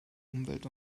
umwelt